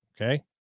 okay